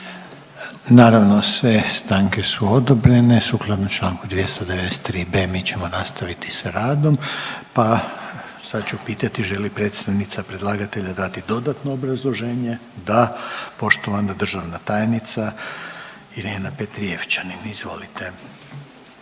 Naravno, sve stanke su odobrene. Sukladno čl. 293.b mi ćemo nastaviti sa radom pa sad ću pitati želi li predstavnica predlagatelja dati dodatno obrazloženje? Da. Poštovana državna tajnica Irena Petrijevčanin. Izvolite.